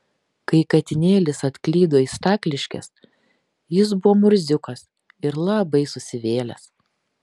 kai katinėlis atklydo į stakliškes jis buvo murziukas ir labai susivėlęs